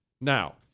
Now